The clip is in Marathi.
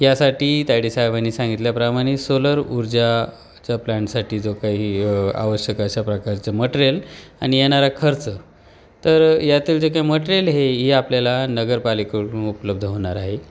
यासाठी तायडे साहेबांनी सांगितल्याप्रमाणे सोलर ऊर्जाचा प्लँटसाठी जो काही आवश्यक अशा प्रकारचं मटरियल आणि येणारा खर्च तर यातील जे काही मटरियल हे हे आपल्याला नगरपालिकडून उपलब्ध होणार आहे